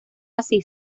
así